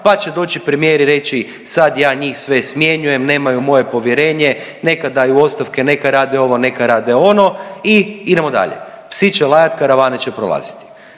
pa će doći premijer i reći sad ja njih sve smjenjujem, nemaju moje povjerenje neka daju ostavke, neka rade ovo, neka rade ono i idemo dalje. Psi će lajat, karavane će prolaziti.